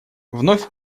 вновь